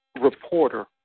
reporter